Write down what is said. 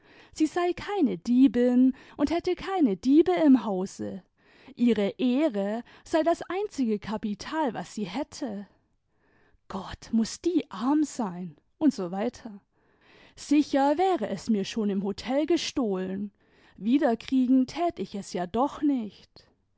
sie sei keine diebin und hätte keine diebe im hause ihre y ehre sei das einzige kapital was sie hätte gott muß die arm seini usw sicher wäre es mir schon im hotel gestohlen wiederkriegen tat ich es ja doch nicht